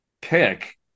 pick